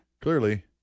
clearly